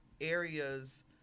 areas